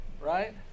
Right